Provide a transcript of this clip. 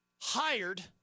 hired